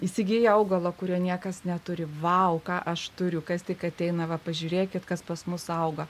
įsigiju augalą kurio niekas neturi vau ką aš turiu kas tik ateina va pažiūrėkit kas pas mus auga